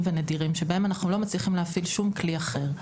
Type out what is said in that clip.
ונדירים שבהם אנחנו לא מצליחים להפעיל שום כלי אחר,